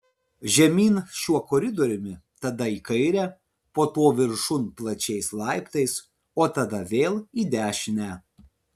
žemyn šiuo koridoriumi tada į kairę po to viršun plačiais laiptais o tada vėl į dešinę